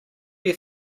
you